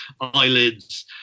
eyelids